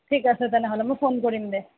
ঠিক আছে তেনেহ'লে মই ফোন কৰিম দে